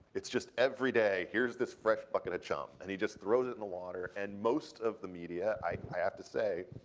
it's just every day here's this fresh bucket of chum, and he just throws it in the water. and most of the media, i have to say,